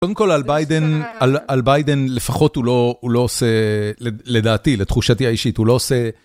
קודם כל על ביידן, לפחות הוא לא עושה, לדעתי, לתחושתי האישית, הוא לא עושה...